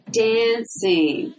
dancing